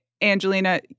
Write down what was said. Angelina